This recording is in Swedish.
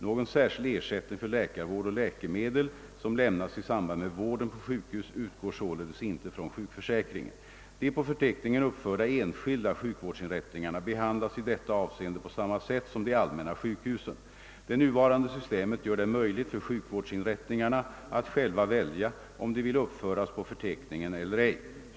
Någon särskild ersättning för läkarvård och läkemedel som lämnas i samband med vården på sjukhus utgår således inte från sjukförsäkringen. De på förteckningen uppförda enskilda sjukvårdsinrättningarna behandlas i detta avseende på samma sätt som de allmänna sjukhusen. Det nuvarande systemet gör det möjligt för sjukvårdsinrättningarna att själva välja om de vill uppföras på förteckningen eller ej.